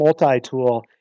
multi-tool